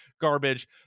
garbage